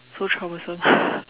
so troublesome